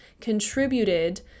contributed